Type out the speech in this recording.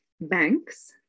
banks